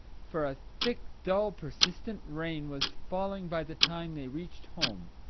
for a thick, dull, persistent rain was falling by the time they reached home.